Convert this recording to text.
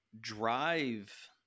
drive